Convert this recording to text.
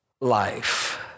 life